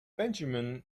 benjamin